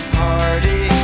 party